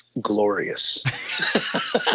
Glorious